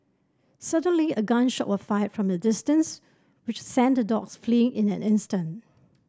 suddenly a gun shot was fired from the distance which sent the dogs fleeing in an instant